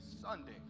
Sunday